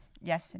Yes